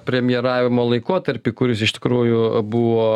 premjeravimo laikotarpį kuris iš tikrųjų buvo